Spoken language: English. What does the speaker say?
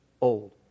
old